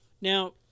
Now